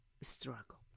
struggle